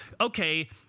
okay